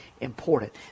important